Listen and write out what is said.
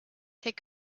take